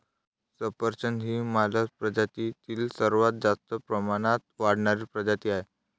सफरचंद ही मालस प्रजातीतील सर्वात जास्त प्रमाणात वाढणारी प्रजाती आहे